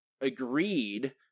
agreed